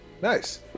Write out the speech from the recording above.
Nice